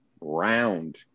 round